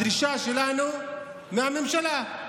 הדרישה שלנו היא מהממשלה.